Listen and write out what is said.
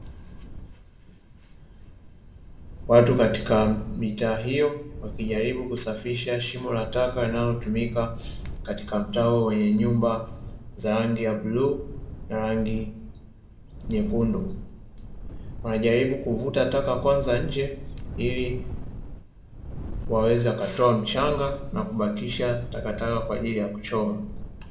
Watu katika mitaa hiyo wakijaribu kusafisha shimo la taka linalotumika katika mtaa wenye nyumba za rangi ya bluu na za rangi nyekundu, wanajaribu kuvuta taka kwanza nje ili waweze kutoa mchanga na kubakisha taka waweze kuchoma.